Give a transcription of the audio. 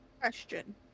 Question